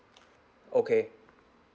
okay